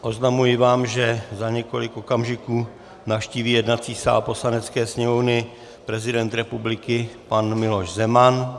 Oznamuji vám, že za několik okamžiků navštíví jednací sál Poslanecké sněmovny prezident republiky pan Miloš Zeman.